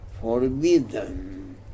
forbidden